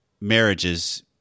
marriages